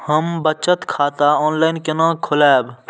हम बचत खाता ऑनलाइन केना खोलैब?